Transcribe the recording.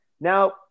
Now